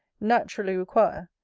naturally require,